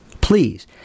Please